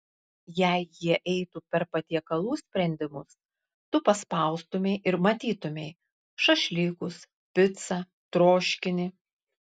jei jie eitų per patiekalų sprendimus tu paspaustumei ir matytumei šašlykus picą troškinį